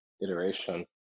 iteration